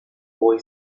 boy